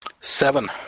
Seven